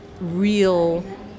real